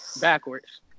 backwards